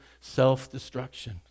self-destruction